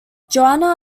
joanna